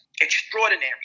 extraordinary